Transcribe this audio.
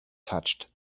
touched